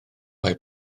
mae